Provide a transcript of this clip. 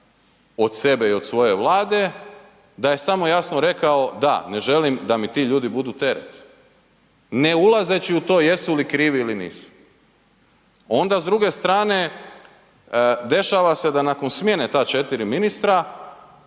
od sebe i od svoje Vlade da je samo jasno rekao, da ne želim da mi ti ljudi budu teret. Ne ulazeći u to jesu li krivi ili nisu. Onda s druge strane, dešava se da nakon smjene ta četiri ministra